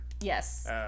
Yes